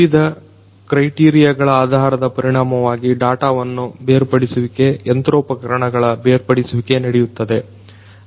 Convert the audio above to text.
ವಿವಿಧ ಕ್ರೈಟೀರಿಯಗಳ ಆಧಾರದ ಪರಿಣಾಮವಾಗಿ ಡಾಟಾವನ್ನು ಬೇರ್ಪಡಿಸುವಿಕೆ ಯಂತ್ರೋಪಕರಣಗಳ ಬೇರ್ಪಡಿಸುವಿಕೆ ನಡೆಯುತ್ತದೆ